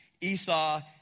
Esau